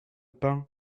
pain